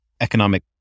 economic